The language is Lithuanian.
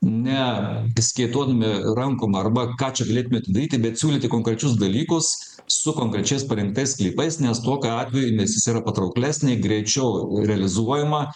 ne skėtodami rankom arba ką čia galėtume atidaryti bet siūlyti konkrečius dalykus su konkrečiais parengtais sklypais nes tokiu atveju investicija yra patrauklesnė greičiau realizuojama